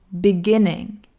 beginning